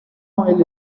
oil